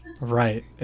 Right